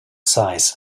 size